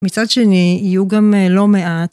מצד שני יהיו גם לא מעט.